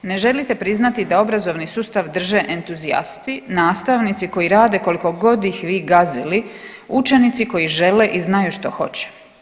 Ne želite priznati da obrazovni sustav drže entuzijasti, nastavnici koji rade koliko god ih vi gazili, učenici koji žele i znaju što hoće.